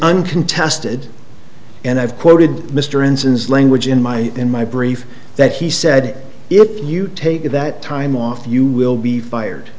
uncontested and i've quoted mr ensign's language in my in my brief that he said if you take that time off you will be fired